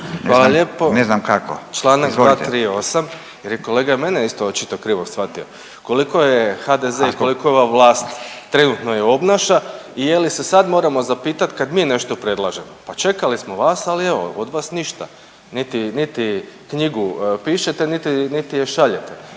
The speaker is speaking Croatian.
lijepo. Članak 238. jer je kolega mene isto očito krivo shvatio. Koliko je HDZ i koliko je ova vlast, trenutno je obnaša i je li sad moramo zapitati kad mi nešto predlažemo, pa čekali smo vas, ali evo od vas ništa. Niti, niti knjigu pišete, niti, niti je šaljete,